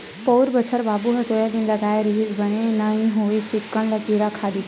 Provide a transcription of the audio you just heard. पउर बछर बाबू ह सोयाबीन लगाय रिहिस बने नइ होइस चिक्कन ल किरा खा दिस